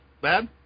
bad